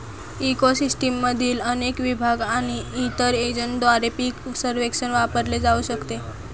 eco सिस्टीममधील अनेक विभाग आणि इतर एजंटद्वारे पीक सर्वेक्षण वापरले जाऊ शकते